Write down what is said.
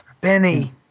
Benny